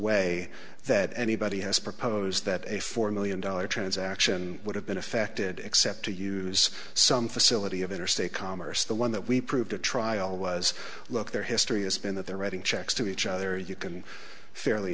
way that anybody has proposed that a four million dollar transaction would have been affected except to use some facility of interstate commerce the one that we proved to trial was look their history has been that they're writing checks to each other you can fairly